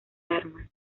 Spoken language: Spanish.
armas